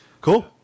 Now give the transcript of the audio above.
Cool